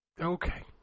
Okay